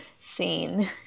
scene